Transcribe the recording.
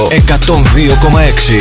102,6